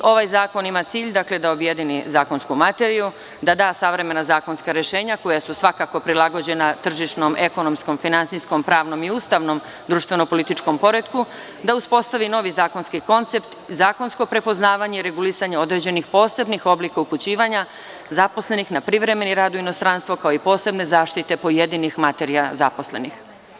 Ovaj zakon ima cilj da objedini zakonsku materiju, da da savremena zakonska rešenja koja su svakako prilagođena tržišnom, ekonomskom, finansijskom, pravnom i ustavnom društveno-političkom poretku, da uspostavi novi zakonski koncept, zakonsko prepoznavanje regulisanja određenih posebnih oblika upućivanja zaposlenih na privremeni rad u inostranstvo, kao i posebne zaštite pojedinih materija zaposlenih.